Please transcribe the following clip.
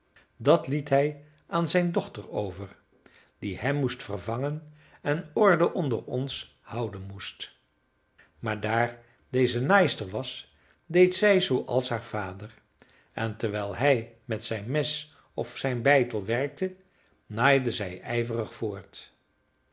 dat liet hij aan zijn dochter over die hem moest vervangen en orde onder ons houden moest maar daar deze naaister was deed zij zooals haar vader en terwijl hij met zijn mes of zijn beitel werkte naaide zij ijverig voort